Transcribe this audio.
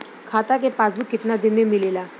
खाता के पासबुक कितना दिन में मिलेला?